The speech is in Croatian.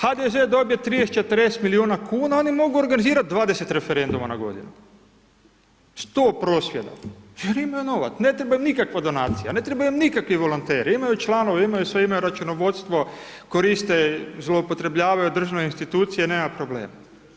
HDZ dobije 30, 40 milijuna kuna, oni mogu organizirati 20 referenduma na godinu, 100 prosvjeda, jer imaju novaca, ne treba im nikakva donacija, ne trebaju im nikakvi volonteri, imaju članove, imaju sve, imaju računovodstvo, koriste, zloupotrebljavaju državne institucije, nema problema.